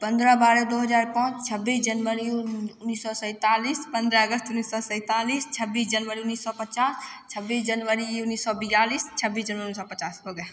पन्द्रह बारह दू हजार पाँच छब्बीस जनवरी उन्नीस सए सैंतालिस पन्द्रह अगस्त उन्नीस सए सैंतालिस छब्बीस जनवरी उन्नीस सए पचास छब्बीस जनवरी उन्नीस सए बियालीस छब्बीस जनवरी उन्नीस सए पचास हो गया